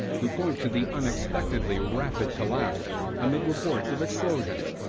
who point to the unexpectedly rapid collapse amid reports of explosions.